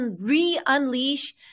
re-unleash